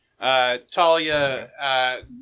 Talia